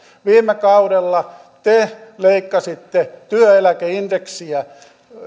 viime kaudella te leikkasitte työeläkeindeksiä